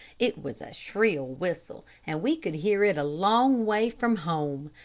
it was a shrill whistle, and we could hear it a long way from home.